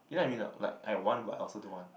you know what I mean not like I want but I also don't want